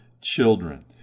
children